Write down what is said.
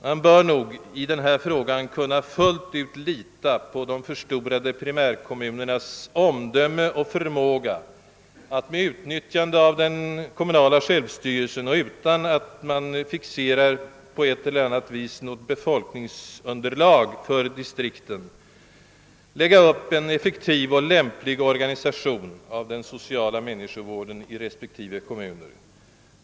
Man bör nog i denna fråga helt kunna lita på de förstorade primärkommunernas omdöme och förmåga att, med utnyttjande av den kommunala självstyrelsen och utan att man på ett eller annat vis fixerar något befolkningsunderlag som villkor för distriktens bildande, lägga upp en effektiv och lämplig organisation av den sociala människovården i respektive kommuner.